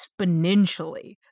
exponentially